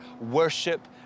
Worship